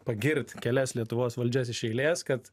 pagirt kelias lietuvos valdžias iš eilės kad